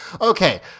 okay